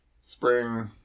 spring